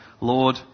Lord